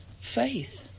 Faith